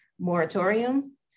moratorium